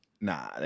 Nah